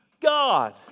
God